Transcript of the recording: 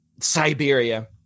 Siberia